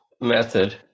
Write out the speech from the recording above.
method